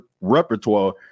repertoire